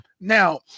Now